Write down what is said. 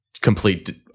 complete